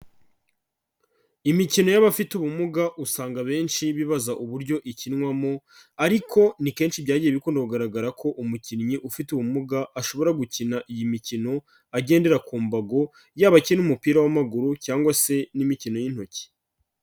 Imikino y'abafite ubumuga usanga benshi bibaza uburyo ikinwamo, ariko ni kenshi byagiye bikunda kugaragara ko umukinnyi ufite ubumuga, ashobora gukina iyi mikino, agendera ku mbago, yaba akina umupira w'amaguru cyangwa se n'imikino y'intoki.